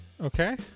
Okay